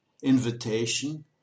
invitation